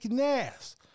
ass